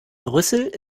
brüssel